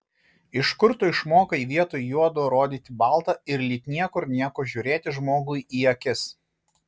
iš kur tu išmokai vietoj juodo rodyti balta ir lyg niekur nieko žiūrėti žmogui į akis